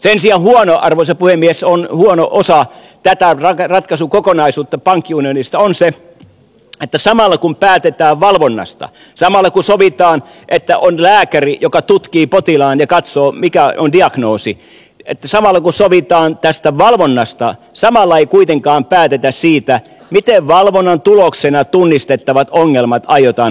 sen sijaan arvoisa puhemies huono osa tätä ratkaisukokonaisuutta pankkiunionista on se että samalla kun päätetään valvonnasta samalla kun sovitaan että on lääkäri joka tutkii potilaan ja katsoo mikä on diagnoosi että samalla kun sovitaan tästä valvonnasta samalla ei kuitenkaan päätetä siitä miten valvonnan tuloksena tunnistettavat ongelmat aiotaan hoitaa